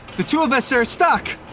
the two of us are stuck,